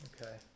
Okay